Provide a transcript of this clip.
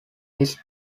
his